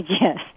yes